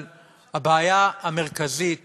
אבל הבעיה המרכזית